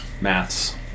maths